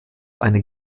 eine